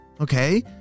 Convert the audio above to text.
okay